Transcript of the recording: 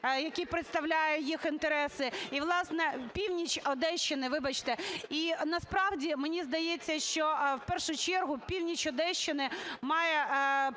який представляє їх інтереси і, власне, північ Одещини, вибачте. І насправді мені здається, що в першу чергу північ Одещини має повне